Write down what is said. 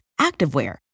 activewear